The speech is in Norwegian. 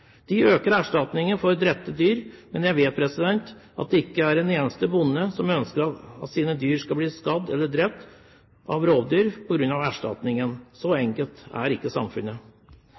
De øker erstatningene for drepte dyr, men jeg vet at det ikke er en eneste bonde som ønsker at deres dyr skal bli skadd eller drept av rovdyr på grunn av erstatningen. Så enkelt er ikke samfunnet.